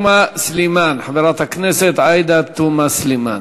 חברת הכנסת עאידה תומא סלימאן.